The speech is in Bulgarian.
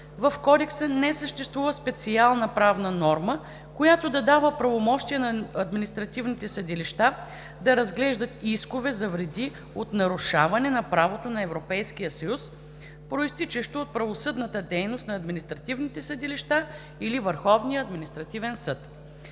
в Кодекса не съществува специална правна норма, която да дава правомощие на административните съдилища да разглеждат искове за вреди от нарушаване на правото на Европейския съюз, произтичащо от правосъдната дейност на административните съдилища или Върховния административен съд.